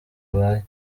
abaye